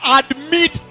admit